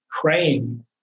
praying